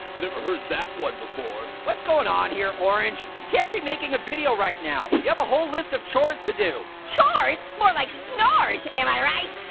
never heard that one before. what's goin' on here, orange? can't be making a video right now, you have a whole list of chores to do. chores? more like snores, am i right?